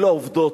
אלה העובדות.